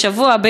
בשבוע,